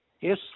Yes